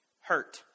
Hurt